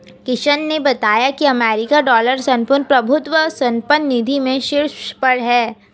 किशन ने बताया की अमेरिकी डॉलर संपूर्ण प्रभुत्व संपन्न निधि में शीर्ष पर है